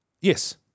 Yes